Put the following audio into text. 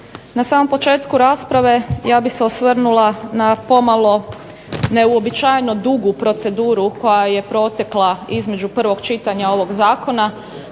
Na samom početku rasprave ja bih se osvrnula na pomalo neuobičajeno dugu proceduru koja je protekla između prvog čitanja ovog zakona,